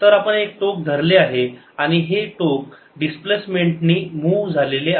तर आपण एक टोक धरले आहे आणि हे टोक डिस्प्लेसमेंटनी मूव्ह झालेले आहे